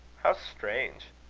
how strange!